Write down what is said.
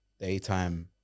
daytime